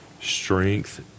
strength